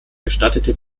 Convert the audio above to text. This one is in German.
gestattete